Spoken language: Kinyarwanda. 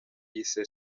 yise